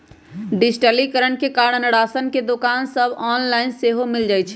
डिजिटलीकरण के कारण राशन के दोकान सभ ऑनलाइन सेहो मिल जाइ छइ